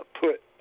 put